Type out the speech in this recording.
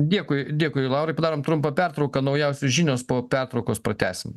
dėkui dėkui laurai padarom trumpą pertrauką naujausios žinios po pertraukos pratęsim